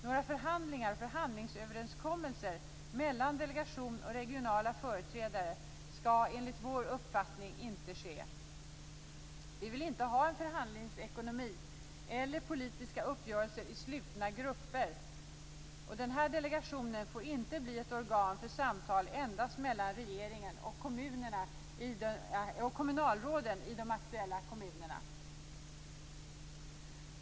Några förhandlingar och förhandlingsöverenskommelser mellan delegationen och regionala företrädare skall enligt vår uppfattning inte ske. Vi vill inte ha en förhandlingsekonomi eller politiska uppgörelser i slutna grupper. Den här delegationen får inte bli ett organ för samtal endast mellan regeringen och kommunalråden i de aktuella kommunerna.